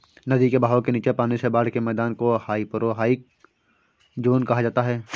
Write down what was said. नदी के बहाव के नीचे पानी से बाढ़ के मैदान को हाइपोरहाइक ज़ोन कहा जाता है